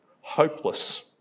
hopeless